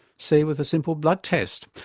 say with a simple blood test?